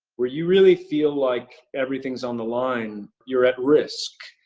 where you really feel like everything's on the line. you're at risk.